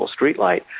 streetlight